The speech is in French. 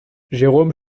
jérôme